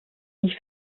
nicht